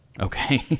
Okay